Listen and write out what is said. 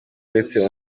uretse